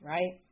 Right